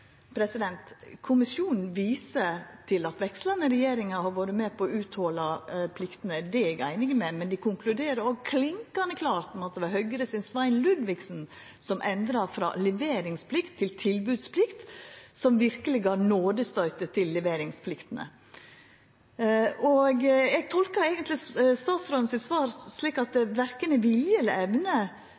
men dei konkluderer òg klinkande klart med at det var Svein Ludvigsen frå Høgre som endra frå leveringsplikt til tilbodsplikt, som verkeleg gav nådestøyten til leveringspliktene. Eg tolkar eigentleg svaret frå statsråden slik at det verken er vilje eller evne